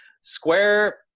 square